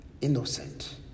innocent